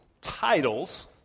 titles